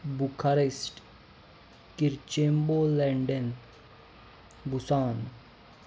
Bucharest किरचिंबो London Busan